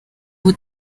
ubu